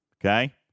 okay